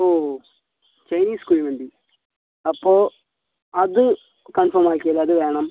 ഓ Chinese kuzhimanthi അപ്പോൾ അത് confirm ആക്കിയേര് അത് വേണം